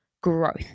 growth